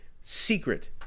secret